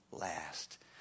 Last